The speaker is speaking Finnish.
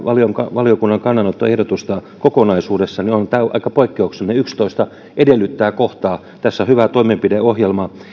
valiokunnan kannanottoehdotusta kokonaisuudessaan niin onhan tämä aika poikkeuksellinen yksitoista edellyttää kohtaa tässä on hyvä toimenpideohjelma